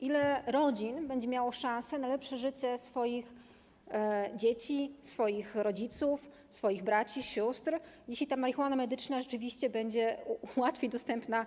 Ile rodzin będzie miało szansę na lepsze życie swoich dzieci, swoich rodziców, swoich braci, sióstr, jeśli ta marihuana medyczna rzeczywiście będzie łatwiej dostępna